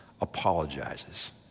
apologizes